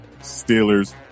Steelers